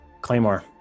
Claymore